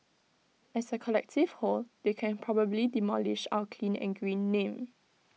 as A collective whole they can probably demolish our clean and green name